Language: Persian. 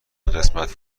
قسمت